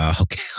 Okay